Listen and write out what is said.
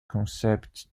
concept